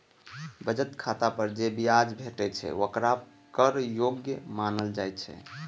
बचत खाता पर जे ब्याज भेटै छै, ओकरा कर योग्य मानल जाइ छै